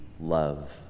love